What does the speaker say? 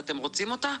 אפשר להתייחס בבקשה?